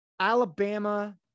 Alabama